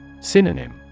Synonym